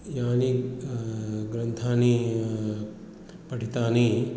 यानि ग्रन्थानि पठितानि